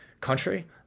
country